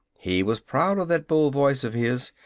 he was proud of that bull voice of his.